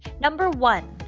number one,